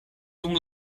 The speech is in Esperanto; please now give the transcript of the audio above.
dum